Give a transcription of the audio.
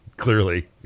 Clearly